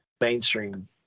mainstream